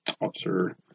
Officer